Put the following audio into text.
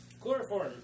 Chloroform